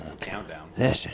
countdown